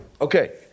Okay